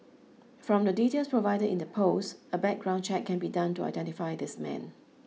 from the details provided in the post a background check can be done to identify this man